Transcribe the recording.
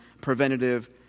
preventative